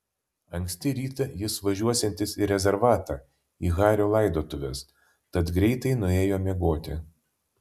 anksti rytą jis važiuosiantis į rezervatą į hario laidotuves tad greitai nuėjo miegoti